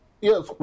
Yes